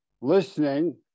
listening